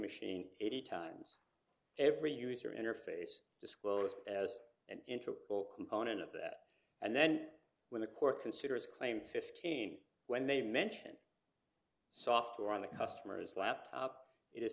machine eighty times every user interface disclosed as an into all component of that and then when the court considers claim fifteen when they mention software on the customer's laptop it is